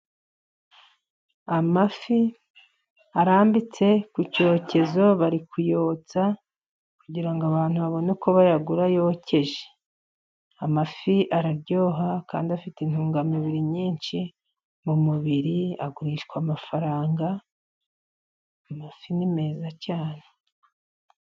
Amafi arambitse ku cyokezo ,bari kuyotsa kugira ngo abantu babone uko bayagura yokeje. Amafi araryoha kandi afite intungamubiri nyinshi mu mubiri ,agurishwa amafaranga .Amafi ni meza cyane.